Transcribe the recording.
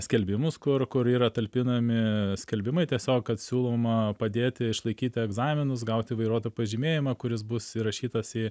skelbimus kur kur yra talpinami skelbimai tiesiog kad siūloma padėti išlaikyti egzaminus gauti vairuotojo pažymėjimą kuris bus įrašytas į